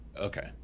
Okay